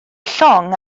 llong